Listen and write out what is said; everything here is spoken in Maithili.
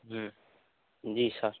हूँ जी सर